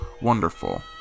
wonderful